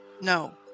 No